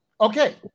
Okay